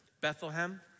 Bethlehem